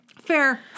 Fair